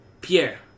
Pierre